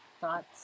thoughts